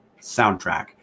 soundtrack